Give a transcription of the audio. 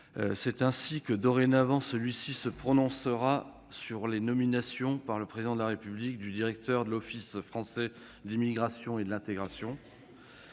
C'est ainsi que, dorénavant, celui-ci se prononcera sur la nomination, par le Président de la République, du directeur général de l'Office français de l'immigration et de l'intégration,